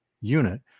unit